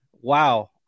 wow